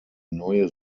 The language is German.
neue